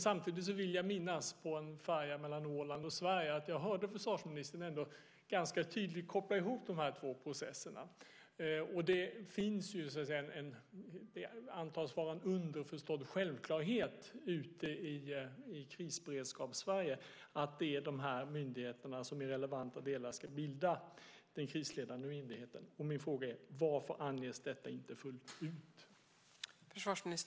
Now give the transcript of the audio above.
Samtidigt vill jag minnas att jag på en färja mellan Åland och Sverige hörde försvarsministern ganska tydligt koppla ihop de här två processerna. Det antas vara en underförstådd självklarhet ute i Krisberedskaps-Sverige att det är de myndigheterna som i relevanta delar ska bilda den krisledande myndigheten. Min fråga är: Varför anges detta inte fullt ut?